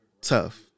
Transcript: tough